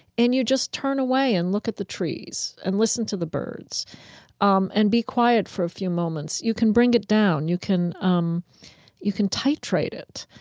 and you just turn away and look at the trees and listen to the birds um and be quiet for a few moments. you can bring it down. you can um you can titrate it.